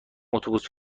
اتوبوس